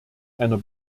einer